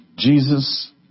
Jesus